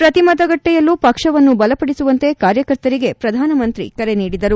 ಪ್ರತಿ ಮತಗಟ್ಟೆಯಲ್ಲೂ ಪಕ್ಷವನ್ನು ಬಲಪಡಿಸುವಂತೆ ಕಾರ್ಯಕರ್ತರಿಗೆ ಪ್ರಧಾನಮಂತ್ರಿ ಕರೆ ನೀಡಿದರು